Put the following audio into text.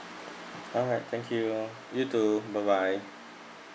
alright thank you you too bye bye